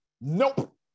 nope